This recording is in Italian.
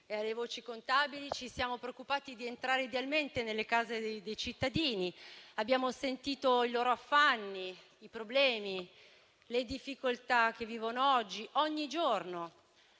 e alle voci contabili, ci siamo preoccupati di entrare idealmente nelle case dei cittadini. Abbiamo sentito i loro affanni, i problemi, le difficoltà che vivono oggi, ogni giorno.